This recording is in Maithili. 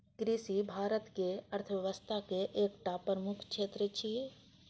कृषि भारतक अर्थव्यवस्था के एकटा प्रमुख क्षेत्र छियै